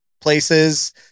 places